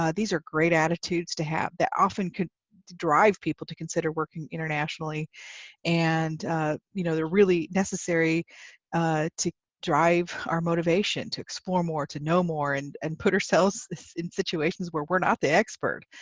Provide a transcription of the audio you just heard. ah these are great attitudes to have that often could drive people to consider working internationally and you know they're really necessary ah to drive our motivation to explore more, to know more, and and put ourselves in situations where we're not the expert.